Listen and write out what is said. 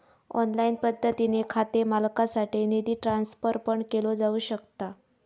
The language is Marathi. ऑनलाइन पद्धतीने खाते मालकासाठी निधी ट्रान्सफर पण केलो जाऊ शकता